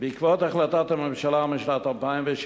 חבר הכנסת ברכה: בעקבות החלטת הממשלה משנת 2007,